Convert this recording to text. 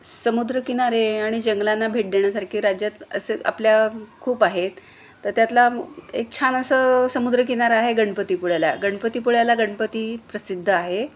समुद्रकिनारे आणि जंगलांना भेट देण्यासारखी राज्यात असं आपल्या खूप आहेत तर त्यातला एक छान असं समुद्रकिनारा आहे गणपतीपुळ्याला गणपतीपुळ्याला गणपती प्रसिद्ध आहे